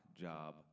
job